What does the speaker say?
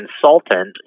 consultant